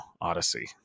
Odyssey